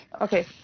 Okay